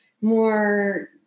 more